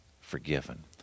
forgiven